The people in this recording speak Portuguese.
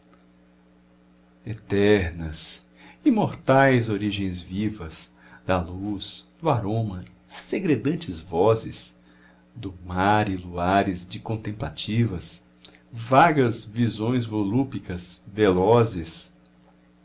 maravilhosa eternas imortais origens vivas da luz do aroma segredantes vozes do mar e luares de contemplativas vagas visões volúpicas velozes